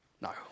No